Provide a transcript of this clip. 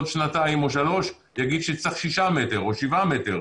שנתיים או שלוש בג"ץ יגיד שצריך שישה מטר או שבעה מטר.